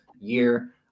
year